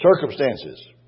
Circumstances